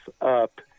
up